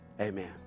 amen